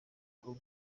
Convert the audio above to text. bwo